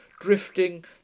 drifting